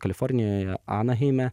kalifornijoje anaheime